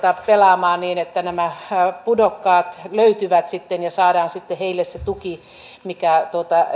pelaamaan niin että nämä pudokkaat löytyvät ja saadaan sitten heille se tuki mikä